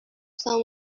some